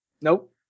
Nope